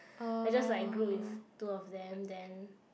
I just like grouped with two of them then